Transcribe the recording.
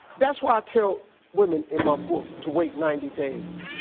that's why i tell women in my book to wait ninety days.